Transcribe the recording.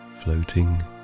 floating